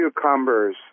cucumbers